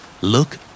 look